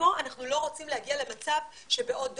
ופה אנחנו לא רוצים להגיע למצב שבעוד דור,